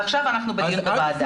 עכשיו אנחנו בוועדה.